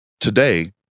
Today